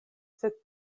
sed